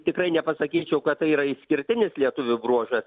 tikrai nepasakyčiau kad tai yra išskirtinis lietuvių bruožas